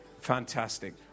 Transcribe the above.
Fantastic